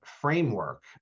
framework